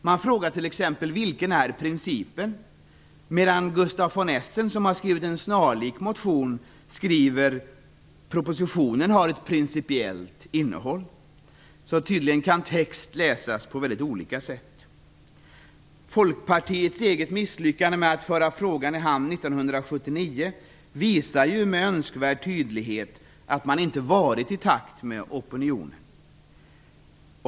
Man frågar t.ex. vilken principen är, medan Gustav von Essen, som skrivit en snarlik motion, skriver "propositionen har ett principiellt innehåll". Tydligen kan text läsas på mycket olika sätt. Folkpartiets eget misslyckande med att föra frågan i hamn 1979 visar med önskvärd tydlighet att man inte varit i takt med opinionen.